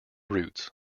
roots